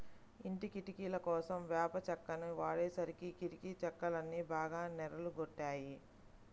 ఇంటి కిటికీలకోసం వేప చెక్కని వాడేసరికి కిటికీ చెక్కలన్నీ బాగా నెర్రలు గొట్టాయి